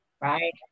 Right